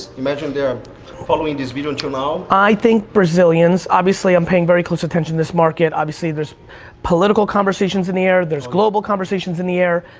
imagine their following this video until now. i think brazilians, obviously i'm paying very close attention to this market, obviously there's political conversations in the air, there's global conversations in the air,